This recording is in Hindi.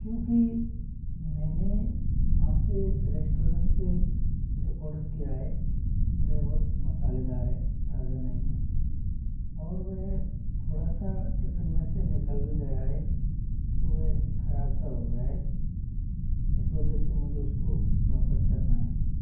क्योंकि मैंने आपके रेस्टोरेंट से जो ऑर्डर किया है वे बहुत मसालेदार है ताज़ा नहीं है और वह थोड़ा सा टिफिन मैं से निकाल भी गया है तो वह खराब सा हो गया है इस वजह से मुझे उसको वापस करना है